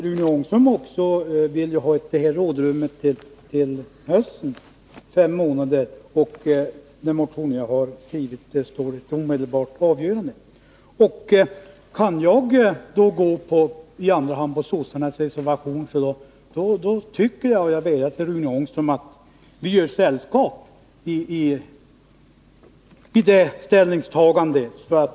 Rune Ångström vill också ha ett rådrum till hösten, medan vi i den motion som jag har undertecknat yrkar på ett omedelbart avgörande. Kan jag då i andra hand rösta för socialdemokraternas reservation, tycker jag att Rune Ångström borde kunna göra det också. Jag vädjar till Rune Ångström att vi skall göra sällskap i det ställningstagandet.